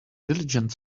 diligent